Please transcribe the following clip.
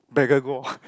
beggar